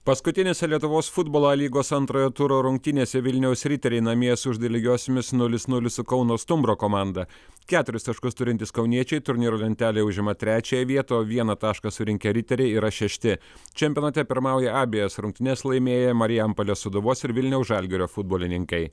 paskutinėse lietuvos futbolo a lygos antrojo turo rungtynėse vilniaus riteriai namie lygiosiomis nulis nulis su kauno stumbro komanda keturis taškus turintys kauniečiai turnyro lentelėje užima trečiąją vietą o vieną tašką surinkę riteriai yra šešti čempionate pirmauja abejas rungtynes laimėję marijampolės sūduvos ir vilniaus žalgirio futbolininkai